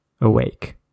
awake